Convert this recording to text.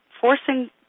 forcing